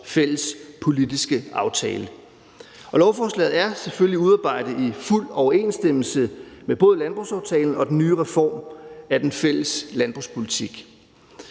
fælles politiske aftale. Lovforslaget er selvfølgelig udarbejdet i fuld overensstemmelse med både landbrugsaftalen og den nye reform af den fælles landbrugspolitik.